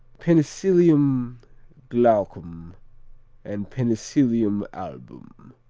penicillium glaucum and penicillium album